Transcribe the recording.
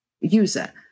user